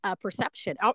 perception